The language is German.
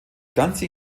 ganze